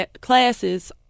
classes